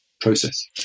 process